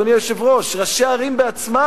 אדוני היושב-ראש: ראשי ערים בעצמם